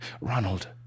Ronald